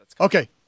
Okay